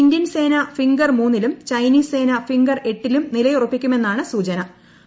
Indian സേന finger മൂന്നിലും Chinese സേന ഫിംഗർ എട്ടിലും നിലയുറപ്പിക്കുമെന്നാണ് സ്റ്റൂപ്പിക്